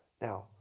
Now